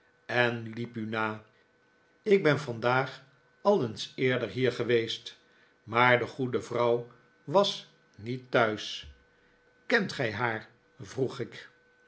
en liep u na ik ben vandaag als eens eerder hier geweest maar de goede vrouw was niet thuis kent gij haar vroeg ik